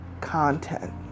content